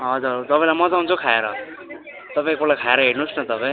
हजुर तपाईँलाई मज्जा आउँछ खाएर तपाईँ एकपल्ट खाएर हेर्नुहोस् न तपाईँ